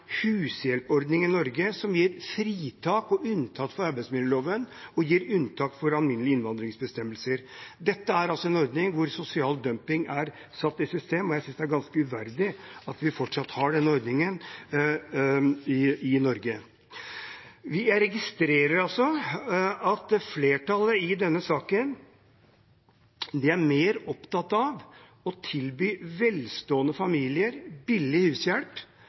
hushjelpordning i Norge som gir fritak og er unntatt fra arbeidsmiljøloven, og som gir unntak fra alminnelige innvandringsbestemmelser. Dette er altså en ordning hvor sosial dumping er satt i system, og jeg synes det er ganske uverdig at vi fortsatt har denne ordningen i Norge. Jeg registrerer at flertallet i denne saken er mer opptatt av å tilby velstående familier billig hushjelp